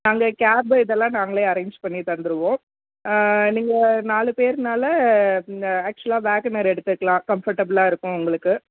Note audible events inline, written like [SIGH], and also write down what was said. அங்கே கேப்பு இதெல்லாம் நாங்களே அரேஞ்ச் பண்ணி தந்துருவோம் நீங்கள் நாலு பேருனால இந்த ஆக்சுவலாக [UNINTELLIGIBLE] எடுத்துக்கலாம் கம்ஃபர்ட்டபுளாக இருக்கும் உங்களுக்கு